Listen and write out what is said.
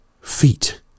Feet